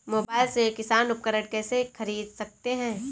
Mobile से किसान उपकरण कैसे ख़रीद सकते है?